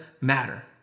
matter